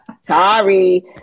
sorry